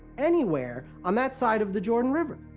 anywhere, on that side of the jordan river.